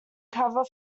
cover